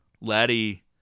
Laddie